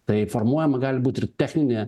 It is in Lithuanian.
tai formuojama gali būt ir techninė